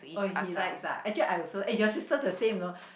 oh he likes ah actually I also eh your sister the same know